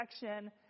protection